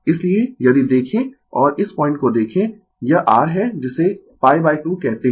इसलिए यदि देखें और इस पॉइंट को देखें यह r है जिसे π 2 कहते है